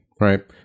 right